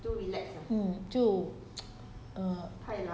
就就有这样的一个问题 lor 可是那个人就变成 lag